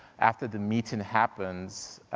after the meeting happens,